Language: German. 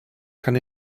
kann